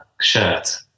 shirt